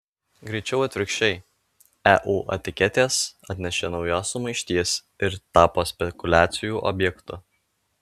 greičiau atvirkščiai eu etiketės atnešė naujos sumaišties ir tapo spekuliacijų objektu